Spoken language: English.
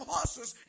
Horses